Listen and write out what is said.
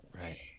Right